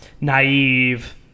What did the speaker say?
naive